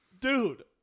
dude